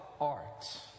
art